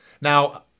Now